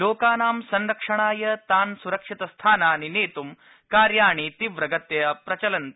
लोकानां संरक्षणाय तान् सुरक्षितस्थानानि नेतुं कार्याणि तीव्रगत्या प्रचलिन्त